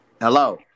Hello